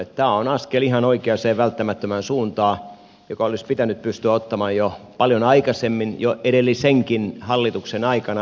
tämä on askel ihan oikeaan välttämättömään suuntaan joka olisi pitänyt pystyä ottamaan jo paljon aikaisemmin jo edellisenkin hallituksen aikana